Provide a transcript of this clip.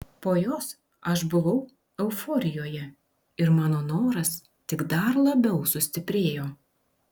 po jos aš buvau euforijoje ir mano noras tik dar labiau sustiprėjo